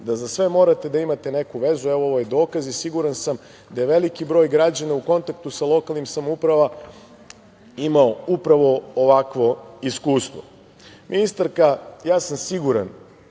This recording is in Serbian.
da za sve morate da imate neku vezu. Evo, ovo je dokaz i siguran sam da je veliki broj građana u kontaktu sa lokalnim samoupravama imao upravo ovakvo iskustvo. Ministarka, ja sam siguran